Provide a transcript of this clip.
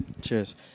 Cheers